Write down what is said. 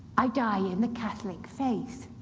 i die in the catholic faith.